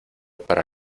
para